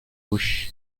bush